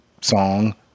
song